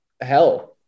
hell